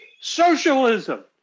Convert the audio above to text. socialism